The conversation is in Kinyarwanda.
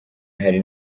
hari